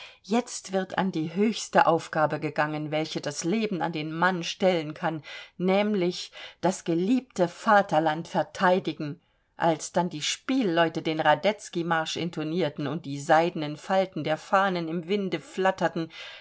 jetzt wird an die höchste aufgabe gegangen welche das leben an den mann stellen kann nämlich das geliebte vaterland verteidigen als dann die spielleute den radetzky marsch intonierten und die seidenen falten der fahnen im winde flatterten